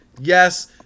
Yes